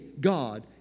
God